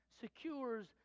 secures